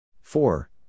four